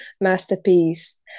masterpiece